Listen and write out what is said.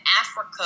Africa